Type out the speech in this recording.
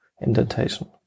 indentation